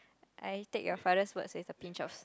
I take your father's words with a pinch of s~